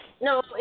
No